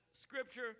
scripture